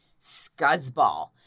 scuzzball